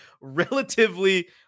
relatively